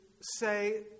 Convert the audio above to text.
say